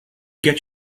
get